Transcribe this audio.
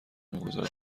میگذارد